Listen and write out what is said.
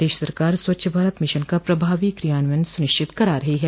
प्रदेश सरकार स्वच्छ भारत मिशन का प्रभावी क्रियान्वयन सुनिश्चित करा रही है